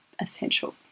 essential